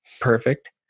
Perfect